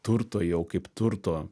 turto jau kaip turto